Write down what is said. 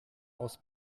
aus